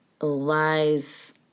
lies